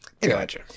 Gotcha